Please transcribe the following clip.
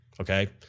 okay